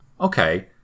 Okay